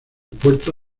puerto